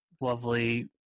lovely